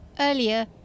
Earlier